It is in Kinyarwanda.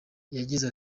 yagize